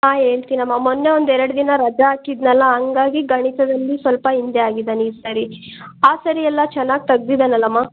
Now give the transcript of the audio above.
ಆ ಹೇಳ್ತಿನಮ್ಮ ಮೊನ್ನೆ ಒಂದೆರಡ್ದಿನ ರಜಾ ಹಾಕಿದ್ದನ್ನಲ್ಲ ಹಾಗಾಗಿ ಗಣಿತದಲ್ಲಿ ಸ್ವಲ್ಪ ಹಿಂದೆ ಆಗಿದ್ದಾನೆ ಈ ಸರಿ ಆ ಸರಿಯೆಲ್ಲ ಚೆನ್ನಾಗಿ ತೆಗೆದಿದ್ದಾನಲ್ಲಮ್ಮ